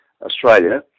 Australia